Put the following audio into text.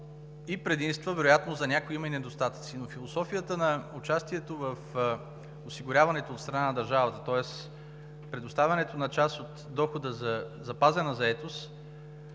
и предимства, вероятно за някои има и недостатъци. Но философията на участието в осигуряването от страна на държавата, тоест предоставянето на част от дохода за запазена заетост,